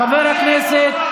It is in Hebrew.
חברי הכנסת.